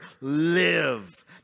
live